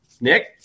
Nick